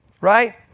right